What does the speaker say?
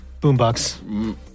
boombox